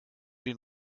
den